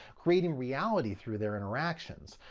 creating reality through their interactions.